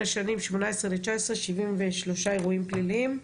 השנים 2018 ל־2019 - 73 אירועים פליליים.